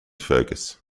fergus